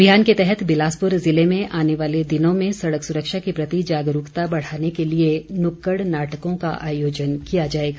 अभियान के तहत बिलासपुर ज़िले में आने वाले दिनों में सड़क सुरक्षा के प्रति जागरूकता बढ़ाने के लिए नुक्कड़ नाटकों का आयोजन किया जाएगा